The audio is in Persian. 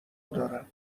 دارم